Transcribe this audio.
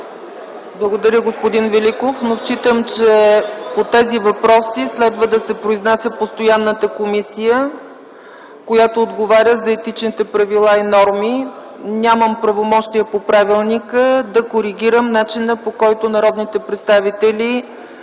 Благодаря, господин Великов, но считам, че по тези въпроси следва да се произнася постоянната комисия, която отговаря за етичните правила и норми. Нямам правомощие по правилник да коригирам начина, по който народните представители